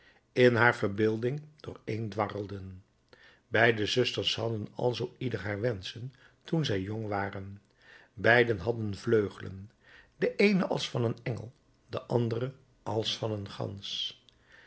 in haar verbeelding dooreen dwarrelden beide zusters hadden alzoo ieder haar wenschen toen zij jong waren beide hadden vleugelen de eene als van een engel de andere als van een gans